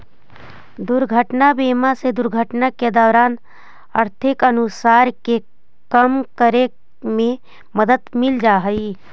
दुर्घटना बीमा से दुर्घटना के दौरान आर्थिक नुकसान के कम करे में मदद मिलऽ हई